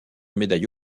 médaille